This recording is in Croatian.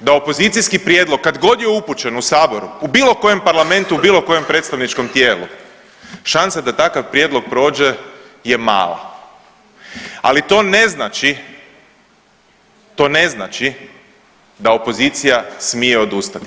da opozicijski prijedlog kad god je upućen u saboru u bilo kojem parlamentu, u bilo kojem predstavničkom tijelu, šansa da takav prijedlog prođe je mala, ali to ne znači, to ne znači da opozicija smije uzeti.